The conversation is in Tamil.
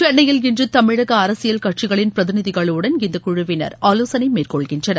சென்னையில் இன்று தமிழக அரசியல் கட்சிகளின் பிரதிநிதிகளுடன் இந்தக் குழுவினர் ஆலோசனை மேற்கொள்கின்றனர்